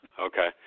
Okay